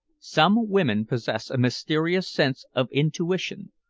some women possess a mysterious sense of intuition,